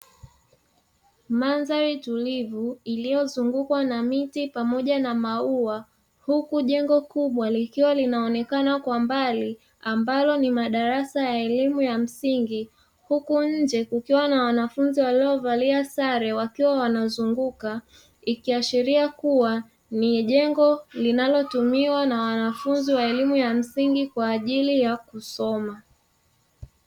Mandhari tulivu iliyozungukwa na miti pamoja na maua huku jengo kubwa likiwa linaonekana kwa mbali ambalo ni madarasa ya elimu ya msingi, huku nje kukiwa na wanafunzi waliovalia sare wakiwa wanazunguka ikiashiria kuwa ni jengo linalotumiwa na wanafunzi wa elimu ya msingi kwa ajili ya kusoma.